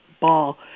ball